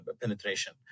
penetration